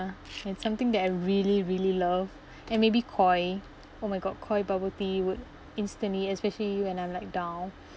it's something that I really really love and maybe koi oh my god koi bubble tea would instantly especially when I'm like down